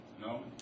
No